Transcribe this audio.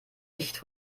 nicht